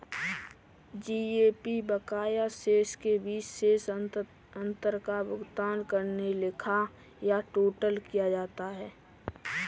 GAP बकाया शेष के बीच शेष अंतर का भुगतान करके लिखा या टोटल किया जाता है